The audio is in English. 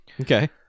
Okay